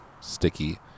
sticky